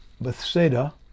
Bethsaida